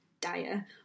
dire